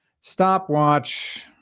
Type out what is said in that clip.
stopwatch